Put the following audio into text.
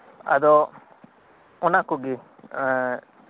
ᱟᱫᱚ ᱚᱱᱟ ᱠᱚᱜᱮ